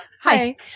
Hi